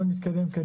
נתקדם.